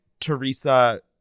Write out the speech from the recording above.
teresa